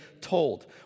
told